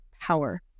power